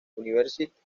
university